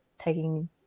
taking